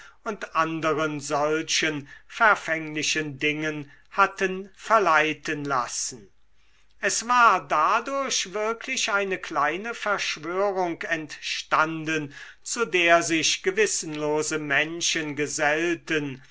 und anderen solchen verfänglichen dingen hatten verleiten lassen es war dadurch wirklich eine kleine verschwörung entstanden zu der sich gewissenlose menschen gesellten